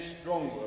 stronger